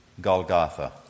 Golgotha